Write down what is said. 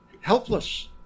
Helpless